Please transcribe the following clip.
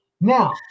Now